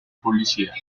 publicidad